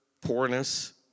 poorness